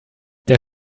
der